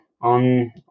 on